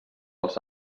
els